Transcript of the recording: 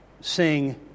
sing